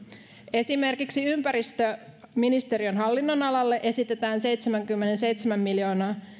esimerkiksi ympäristöministeriön hallinnonalalle esitetään seitsemänkymmentäseitsemän miljoonaa